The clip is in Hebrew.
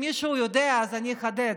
אם מישהו יודע, אז אני אחדד: